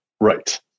right